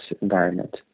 environment